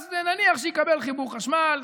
ונניח שהוא יקבל חיבור חשמל,